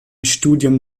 studium